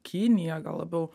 kinija gal labiau